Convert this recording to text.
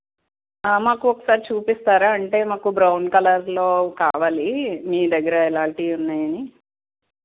మాకు ఒకసారి చూపిస్తారా అంటే మాకు బ్రౌన్ కలర్లో కావాలి మీ దగ్గర ఎలాంటివి ఉన్నాయి అని